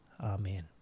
Amen